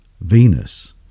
Venus